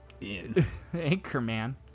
Anchorman